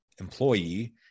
employee